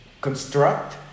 construct